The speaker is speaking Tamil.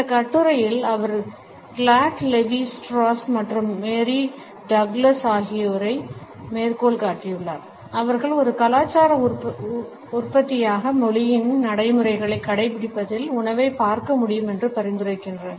இந்த கட்டுரையில் அவர் கிளாட் லெவி ஸ்ட்ராஸ் மற்றும் மேரி டக்ளஸ் ஆகியோரை மேற்கோள் காட்டியுள்ளார் அவர்கள் ஒரு கலாச்சார உற்பத்தியாக மொழியின் நடைமுறைகளை கடைப்பிடிப்பதில் உணவைப் பார்க்க முடியும் என்று பரிந்துரைக்கின்றனர்